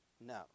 No